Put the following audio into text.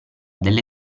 delle